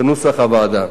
כנוסח הוועדה.